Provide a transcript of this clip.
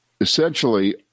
essentially